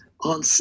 on